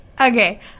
Okay